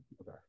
okay